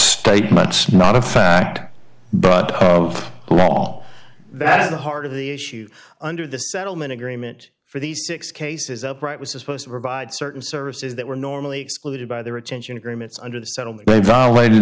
statements not a fact but all that at the heart of the issue under the settlement agreement for these six cases upright was supposed to provide certain services that were normally excluded by their attention agreements under the settle that they violated